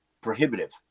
prohibitive